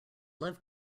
love